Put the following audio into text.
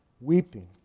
weeping